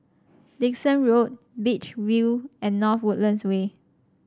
Dickson Road Beach View and North Woodlands Way